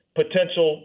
potential